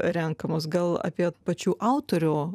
renkamos gal apie pačių autorių